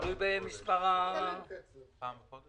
תלוי במספר הבקשות.